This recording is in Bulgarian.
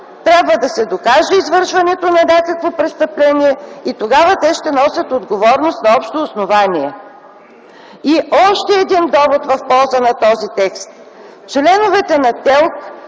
Трябва да се докаже извършването на някакво престъпление и тогава те ще носят отговорност на общо основание. Още един довод в полза на този текст. Членовете на ТЕЛК